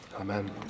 Amen